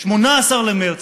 ב-18 במרס,